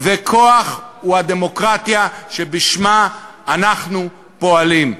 וכוח הוא הדמוקרטיה שבשמה אנחנו פועלים.